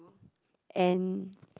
and